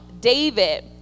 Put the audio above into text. David